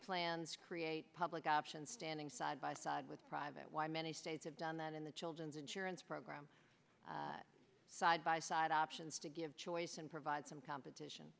plans create public option standing side by side with private why many states have done that in the children's insurance program side by side options to give choice and provide some competition